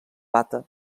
data